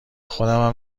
خودمم